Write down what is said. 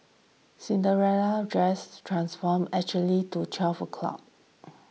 Cinderella's dress transform exactly to twelve o' clock